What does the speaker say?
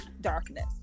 darkness